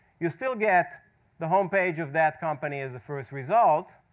you still get the home page of that company as the first result,